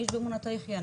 איש באמונתו יחיה.